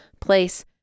place